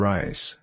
Rice